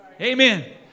Amen